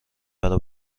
برا